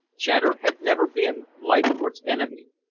chater had never been leithcourt's enemy.